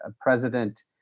president